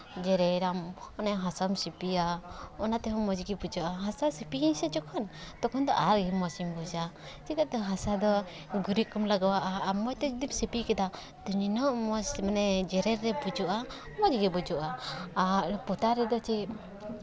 ᱡᱮᱨᱮᱲᱟᱢ ᱢᱟᱱᱮ ᱦᱟᱥᱟᱢ ᱥᱤᱯᱤᱭᱟ ᱚᱱᱟ ᱛᱮᱦᱚᱸ ᱢᱚᱡᱽ ᱜᱮ ᱵᱩᱡᱷᱟᱹᱜᱼᱟ ᱦᱟᱥᱟ ᱥᱤᱯᱤᱭᱟᱹᱧ ᱥᱮ ᱡᱚᱠᱷᱚᱱ ᱛᱚᱠᱷᱚᱱ ᱫᱚ ᱟᱭ ᱢᱚᱡᱽ ᱤᱧ ᱵᱩᱡᱟ ᱪᱤᱠᱟᱹᱛᱮ ᱦᱟᱥᱟ ᱫᱚ ᱜᱩᱨᱤᱡ ᱠᱚᱢ ᱞᱟᱜᱟᱣ ᱟᱜᱼᱟ ᱟᱨ ᱢᱚᱡᱽ ᱛᱮ ᱡᱩᱫᱤᱢ ᱥᱤᱯᱤ ᱠᱮᱫᱟ ᱩᱱᱟᱹᱜ ᱢᱚᱡᱽ ᱢᱟᱱᱮ ᱡᱮᱨᱮᱲ ᱨᱮ ᱵᱩᱡᱩᱜᱼᱟ ᱢᱚᱡᱽ ᱜᱮ ᱵᱩᱡᱩᱜᱼᱟ ᱟᱨ ᱯᱚᱛᱟᱣ ᱨᱮᱫᱚ ᱪᱮᱫ